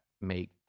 make